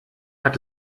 hat